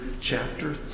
chapter